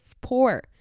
poor